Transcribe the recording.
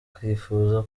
akifuza